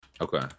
Okay